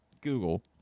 Google